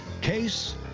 Case